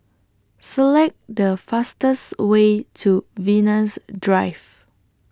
Select The fastest Way to Venus Drive